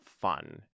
fun